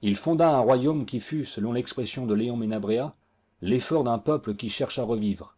il fonda un royaume qui fut selon l'expression de léon mcnabrea l'effort d'un peuple qui cherche à revivre